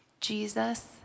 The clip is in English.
Jesus